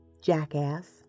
jackass